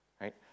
right